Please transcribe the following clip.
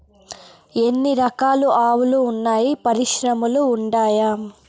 ఎన్ని రకాలు ఆవులు వున్నాయి పరిశ్రమలు ఉండాయా?